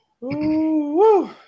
Woo